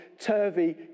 turvy